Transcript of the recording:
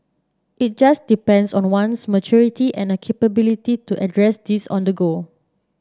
it just depends on one's maturity and capability to address these on the go